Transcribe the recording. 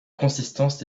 consistance